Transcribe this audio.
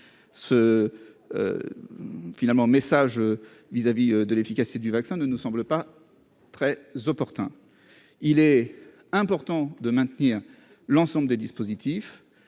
message vis-à-vis de l'efficacité du vaccin ne nous semble pas très opportun, il est important de maintenir l'ensemble des dispositifs